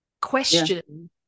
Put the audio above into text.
question